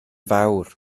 fawr